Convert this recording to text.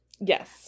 Yes